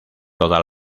toda